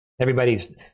Everybody's